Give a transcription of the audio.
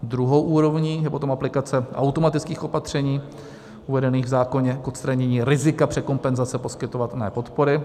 Druhou úrovní je aplikace automatických opatření uvedených v zákoně k odstranění rizika překompenzace poskytované podpory.